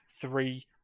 three